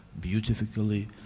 beautifully